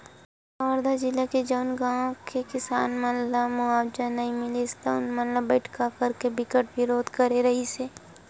कवर्धा जिला के जउन गाँव के किसान मन ल मुवावजा नइ मिलिस तउन मन बइठका करके बिकट बिरोध करे रिहिस हे